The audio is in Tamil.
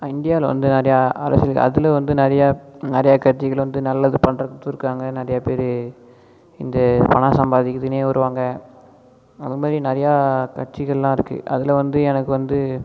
இண்டியாவவில் வந்து நிறைய அரசியல் அதிலயும் வந்து நிறைய நிறையா கட்சிகள் வந்து நல்லது பண்றதும் இருக்காங்க நிறையா பேர் இந்த பணம் சம்பாதிக்கிறதுக்குன்னே வருவாங்க அது மாதிரி நிறையா கட்சிகள்லாம் இருக்கு அதில் வந்து எனக்கு வந்து